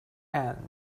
end